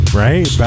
right